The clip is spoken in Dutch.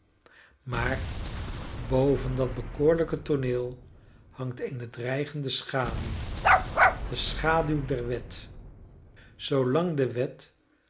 maar boven dat bekoorlijke tooneel hangt eene dreigende schaduw de schaduw der wet zoolang de wet